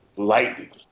lightning